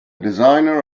designer